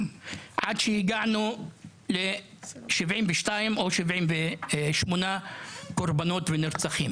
שהביאה אותנו ל-72 או 78 נרצחים.